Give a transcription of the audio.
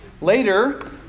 Later